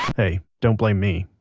hey, don't blame me,